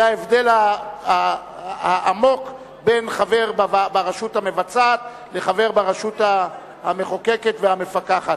זה ההבדל העמוק בין חבר ברשות המבצעת לחבר ברשות המחוקקת והמפקחת.